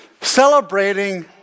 Celebrating